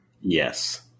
Yes